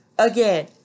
Again